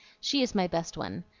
she is my best one.